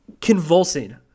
convulsing